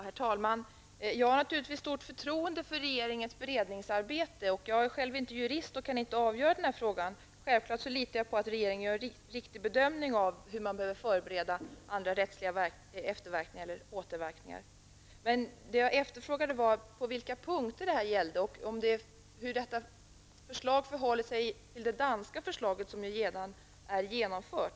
Herr talman! Jag har naturligtvis stort förtroende för regeringens beredningsarbete. Jag är själv inte jurist och kan inte avgöra frågan. Självfallet litar jag på att regeringen gör en riktig bedömning av hur man behöver förbereda andra rättsliga verkningar. Men vad jag frågade var på vilka punkter detta gällde och hur förslaget förhåller sig till det danska förslaget, som redan är genomfört.